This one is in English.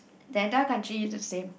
the entire country is the same